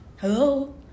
hello